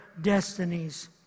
destinies